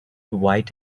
white